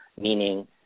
meaning